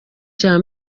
cya